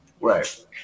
Right